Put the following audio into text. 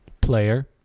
player